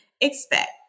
expect